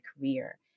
career